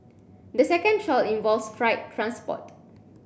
the second trial involves freight transport